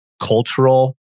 cultural